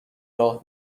راه